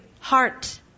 heart